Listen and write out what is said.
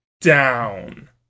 down